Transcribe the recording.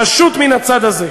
פשוט מן הצד הזה.